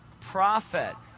prophet